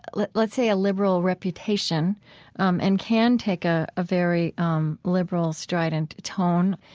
let's let's say, a liberal reputation um and can take a ah very um liberal strident tone.